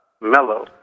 mellow